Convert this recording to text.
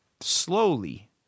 slowly